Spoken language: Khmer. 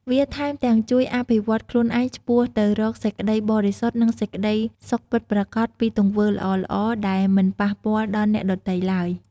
វាថែមទាំងជួយអភិវឌ្ឍខ្លួនឯងឆ្ពោះទៅរកសេចក្តីបរិសុទ្ធ និងសេចក្តីសុខពិតប្រាកដ ពីទង្វើល្អៗ ដែលមិនប៉ះពាល់ដល់អ្នកដទៃទ្បើយ។